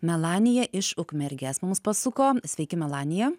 melanija iš ukmergės mums pasuko sveiki melanija